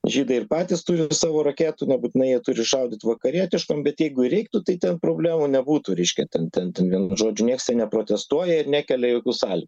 žydai ir patys turi savo raketų nebūtinai jie turi šaudyt vakarietiškom bet jeigu reiktų tai ten problemų nebūtų reiškia ten ten vienu žodžiu nieks ten neprotestuoja ir nekelia jokių sąlygų